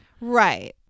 Right